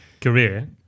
career